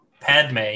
Padme